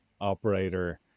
operator